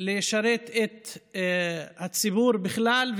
לשרת את הציבור בכלל,